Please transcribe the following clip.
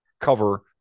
cover